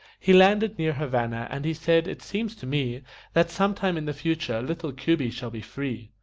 he landed near havana, and he said it seems to me that sometime in the future little cuby shall be free.